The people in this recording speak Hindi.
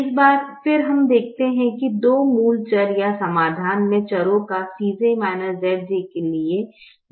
एक बार फिर हम देखते हैं कि दो मूल चर या समाधान में चरो का Cj Zj के लिए 0 मान हैं